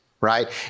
right